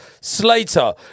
Slater